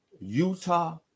Utah